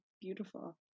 beautiful